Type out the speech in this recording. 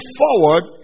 forward